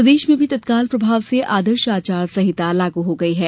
प्रदेश में भी तत्काल प्रभाव से आदर्श आचार संहिता लागू हो गई है